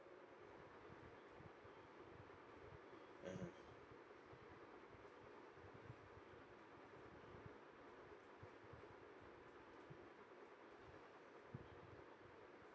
mmhmm